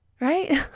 right